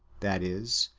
that is,